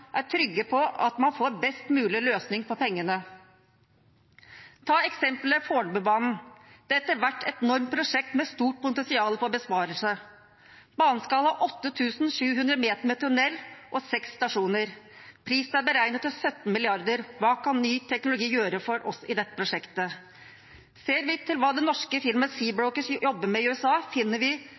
er trygg på at man får en best mulig løsning for pengene. Ta eksempelet Fornebubanen: Det er etter hvert et enormt prosjekt med stort potensial for besparelser. Banen skal ha 8 700 meter tunnel og seks stasjoner, og prisen er beregnet til 17 mrd. kr. Hva kan ny teknologi gjøre for oss i dette prosjektet? Ser vi til hva det norske firmaet Seabrokers jobber med i USA, finner vi